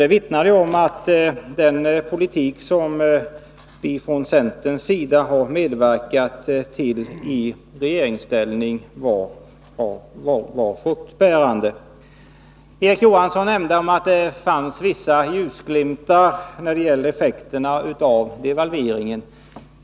Det vittnar om att den politik som vi från centerns sida har medverkat till i regeringsställning var fruktbärande. Erik Johansson nämnde att det fanns vissa ljusglimtar när det gäller effekterna av devalveringen.